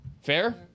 Fair